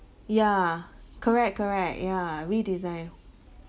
ya correct correct ya re-design